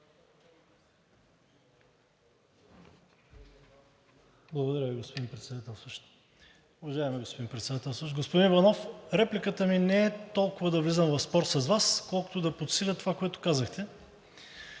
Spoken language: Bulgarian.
Благодаря Ви, господин Председателстващ. Уважаеми господин Председателстващ! Господин Иванов, репликата ми не е толкова да влизам в спор с Вас, колкото да подсиля това, което казахте,